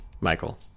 Michael